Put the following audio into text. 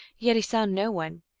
yet he saw no one.